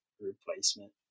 replacement